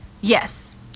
Yes